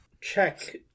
Check